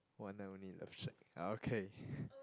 one night only love shack okay